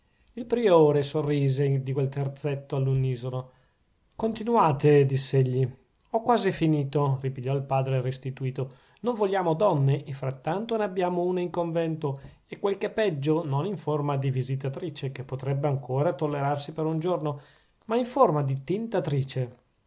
il priore sorrise di quel terzetto all'unissono continuate diss'egli ho quasi finito ripigliò il padre restituto non vogliamo donne e frattanto ne abbiamo una in convento e quel che è peggio non in forma di visitatrice che potrebbe ancora tollerarsi per un giorno ma in forma di